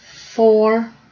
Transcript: four